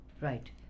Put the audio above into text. Right